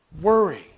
Worry